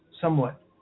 somewhat